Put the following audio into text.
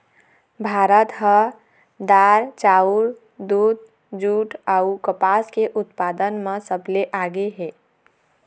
भारत ह दार, चाउर, दूद, जूट अऊ कपास के उत्पादन म सबले आगे हे